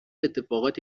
اتفاقات